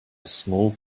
small